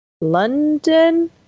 London